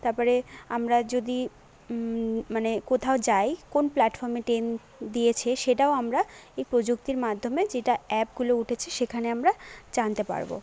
তারপরে আমরা যদি মানে কোথাও যাই কোন প্লাটফর্মে ট্রেন দিয়েছে সেটাও আমরা এই প্রযুক্তির মাধ্যমে যেটা অ্যাপগুলো উঠেছে সেখানে আমরা জানতে পারবো